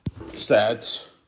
Stats